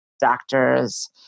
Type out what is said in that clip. doctors